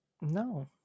no